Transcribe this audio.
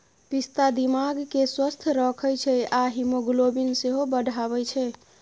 पिस्ता दिमाग केँ स्वस्थ रखै छै आ हीमोग्लोबिन सेहो बढ़ाबै छै